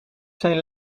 zijn